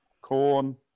corn